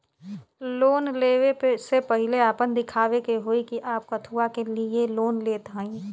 Loan ले वे से पहिले आपन दिखावे के होई कि आप कथुआ के लिए लोन लेत हईन?